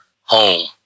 home